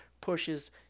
pushes